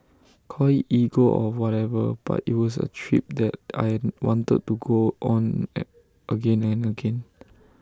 call IT ego or whatever but IT was A trip that I wanted to go on again and again